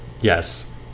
Yes